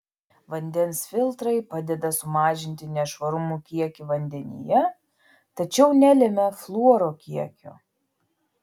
vandens filtrai padeda sumažinti nešvarumų kiekį vandenyje tačiau nelemia fluoro kiekio